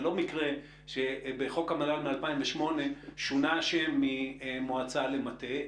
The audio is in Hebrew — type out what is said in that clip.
זה לא מקרה שבחוק המל"ל מ-2008 שונה השם ממועצה למטה,